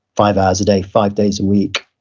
five hours a day, five days a week.